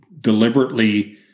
deliberately